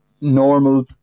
normal